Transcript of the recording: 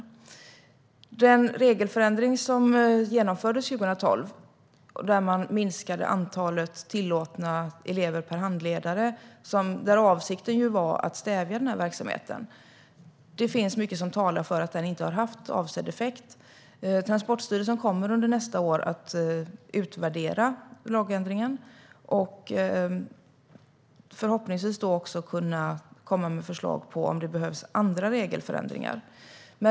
Det finns mycket som talar för att den regelförändring som genomfördes 2012, där man minskade antalet tillåtna elever per handledare och där avsikten var att stävja verksamheten, inte har haft avsedd effekt. Transportstyrelsen kommer under nästa år att utvärdera lagändringen och förhoppningsvis också komma med förslag på om det behövs andra regelförändringar.